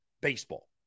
baseball